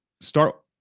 start